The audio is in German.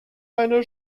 eine